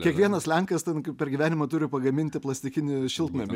kiekvienas lenkijos ten per gyvenimą turi pagaminti plastikinį šiltnamį